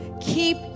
keep